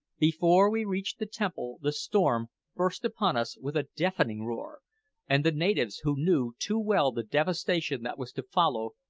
before we reached the temple the storm burst upon us with a deafening roar and the natives, who knew too well the devastation that was to follow,